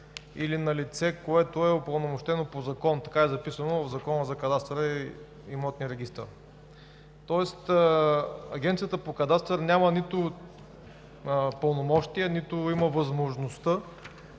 или на лице, което е упълномощено по закон – така е записано в Закона за кадастъра и имотния регистър. Тоест Агенцията по кадастър няма нито пълномощия, нито има възможността